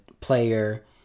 player